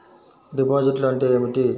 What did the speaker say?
డిపాజిట్లు అంటే ఏమిటి?